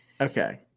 okay